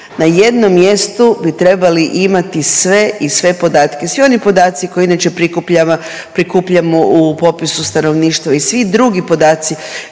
Na jednom mjestu bi trebali imati sve i sve podatke. Svi oni podaci koje inače prikupljamo u popisu stanovništva i svi drugi podaci